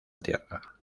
tierra